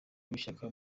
w’ishyaka